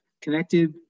connected